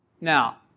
Now